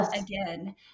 again